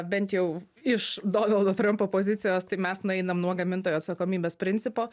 bent jau iš donaldo trampo pozicijos tai mes nueinam nuo gamintojo atsakomybės principo